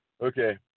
Okay